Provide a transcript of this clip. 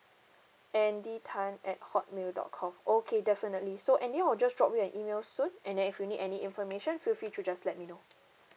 andy tan at hotmail dot com okay definitely so andy I will just drop you an email soon and then if you need any information feel free to just let me know